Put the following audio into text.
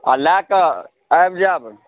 आओर लऽ कऽ आबि जाएब